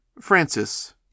Francis